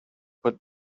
put